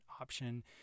option